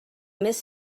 més